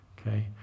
okay